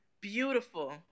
beautiful